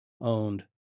owned